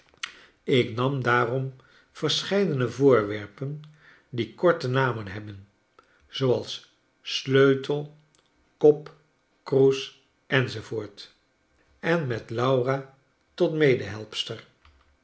ik nam daarom verscheidene voorwerpen die korte namen hebben zooals sleutel j kop kroes enz en met laura tot medehelpster